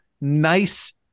nice